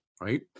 right